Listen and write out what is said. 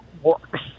works